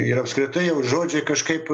ir apskritai jau žodžiai kažkaip